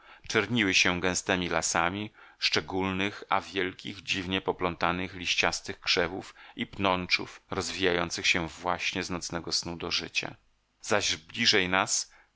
czerniły się gęstemi lasami szczególnych a wielkich dziwnie poplątanych liściastych krzewów i pnączów rozwijających się właśnie z nocnego snu do życia zaś bliżej nas